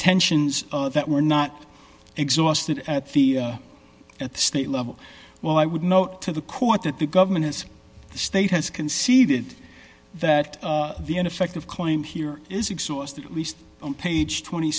contentions that were not exhausted at the at the state level well i would note to the court that the government has the state has conceded that the ineffective coin here is exhausted at least on page twenty